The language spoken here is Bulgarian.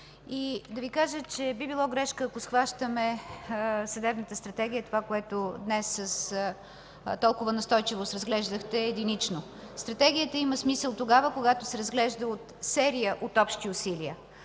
и да Ви кажа, че би било грешка, ако схващаме Съдебната стратегия, която днес с толкова настойчивост разглеждахте единично – Стратегията има смисъл, когато се разглежда със серия от общи усилия.